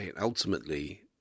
ultimately